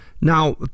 now